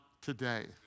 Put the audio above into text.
today